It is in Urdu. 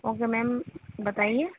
اوکے میم بتائیے